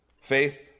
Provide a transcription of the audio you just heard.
faith